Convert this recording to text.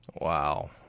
Wow